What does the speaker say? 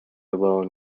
alone